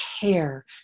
care